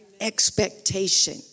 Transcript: Expectation